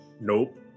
Nope